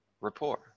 rapport